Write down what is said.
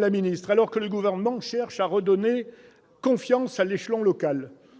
la ministre, alors que le Gouvernement cherche à redonner confiance à l'échelon local